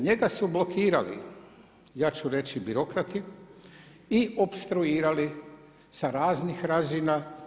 Njega su blokirali, ja ću reći birokrati i opstruirali sa raznih razina.